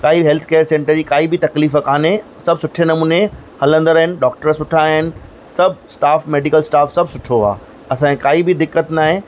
काई health care centre जी काई बी तकलीफ़ काने सब सुठे नमूने हलंदड़ अहनि डॉक्टर सुठा आहिनि सब स्टाफ मेडिकल स्टाफ सब सुठो आहे असां खे काई बी दिक्कत नाहे